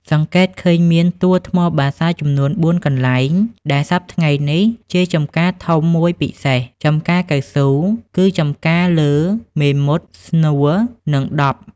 សង្កេតឃើញមានទួលថ្មបាសាល់ចំនួន ៤ កន្លែង ដែលសព្វថ្ងៃនេះ ជា ចំការធំ១ ពិសេស ចំការកៅស៊ូ គឺ ចំការលើ មេមត់ ស្នូល និង ដប់ ។